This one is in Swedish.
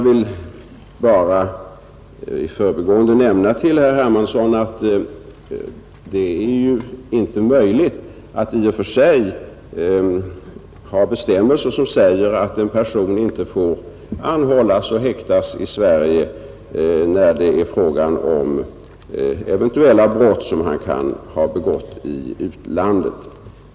I förbigående kan jag för herr Hermansson nämna att det i och för sig inte är möjligt att ha bestämmelser som säger att en person inte får anhållas och häktas i Sverige när det är fråga om brott som han kan ha begått i utlandet.